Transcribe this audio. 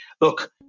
Look